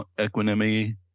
equanimity